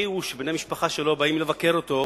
טבעי הוא שבני המשפחה שלו באים לבקר אותו,